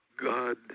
God